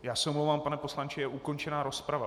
Já se omlouvám, pane poslanče, je ukončena rozprava.